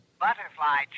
Butterfly